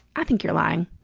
i think you're lying,